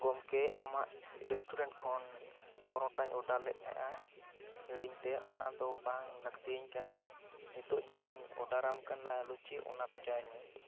ᱜᱚᱢᱠᱮ ᱟᱢᱟᱜ ᱨᱮᱥᱴᱩᱨᱮᱱᱴ ᱠᱷᱚᱱ ᱯᱚᱨᱚᱴᱟᱧ ᱳᱰᱟᱨ ᱞᱮᱱ ᱛᱟᱦᱮᱸᱜᱼᱟ ᱦᱤᱲᱤᱧ ᱛᱮ ᱚᱱᱟ ᱫᱚ ᱵᱟᱝ ᱞᱟᱹᱠᱛᱤᱭᱟᱹᱧ ᱠᱟᱱᱟ ᱱᱤᱛᱚᱜ ᱢᱟᱦᱟᱧ ᱳᱰᱟᱨ ᱟᱢ ᱠᱟᱱᱟ ᱞᱩᱪᱤ ᱚᱱᱟ ᱵᱷᱮᱡᱟ ᱟ ᱧ ᱢᱮ